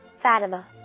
Fatima